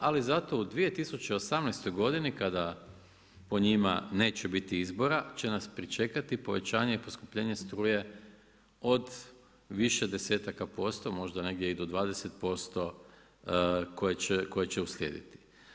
Ali zato u 2018. godini kada po njima neće biti izbora će nas pričekati povećanje i poskupljenje struje od više desetaka posto, možda negdje i do 20% koje će uslijediti.